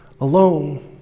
alone